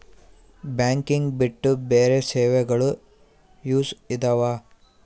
Banking ಬಿಟ್ಟು ಬೇರೆ ಸೇವೆಗಳು ಯೂಸ್ ಇದಾವ?